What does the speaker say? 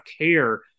care